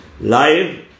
live